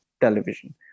television